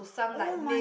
oh my